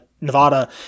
Nevada